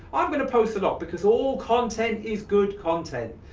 i'm gonna post a lot, because all content is good content.